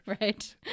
Right